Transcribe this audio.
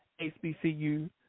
HBCU